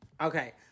Okay